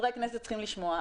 חברי כנסת צריכים לשמוע.